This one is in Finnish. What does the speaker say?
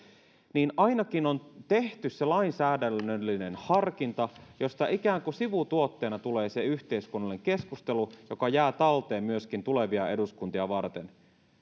niin ainakin on tehty se lainsäädännöllinen harkinta josta ikään kuin sivutuotteena tulee se yhteiskunnallinen keskustelu joka jää talteen myöskin tulevia eduskuntia varten